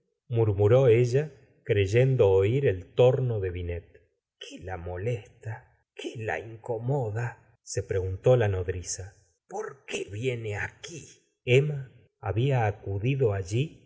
usted murmuró ella creyen do oír el torno de binet qué la molesta qué la incomoda se pre guntó la nodriza por qué viene aquí emma había acudido allí